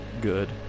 good